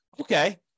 Okay